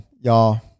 Y'all